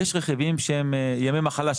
יש רכיבים שהם ימי מחלה,